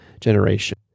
generation